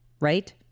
right